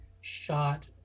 shot